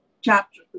chapter